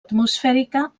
atmosfèrica